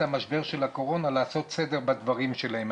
המשבר של הקורונה לעשות סדר בדברים שלהם.